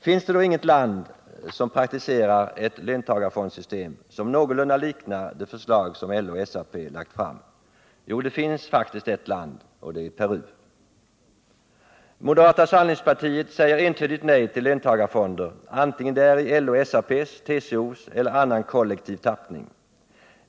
Finns det då inget land som praktiserar ett löntagarfondsystem som någorlunda liknar det förslag som LO-SAP lagt fram? Jo, det finns faktiskt ett land, och det är Peru. Moderata samlingspartiet säger entydigt nej till löntagarfonder vare sig de är i LO-SAP:s, i TCO:s eller i någon annan kollektiv tappning.